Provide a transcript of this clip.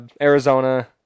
Arizona